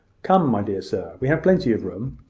come, my dear sir, we have plenty of room.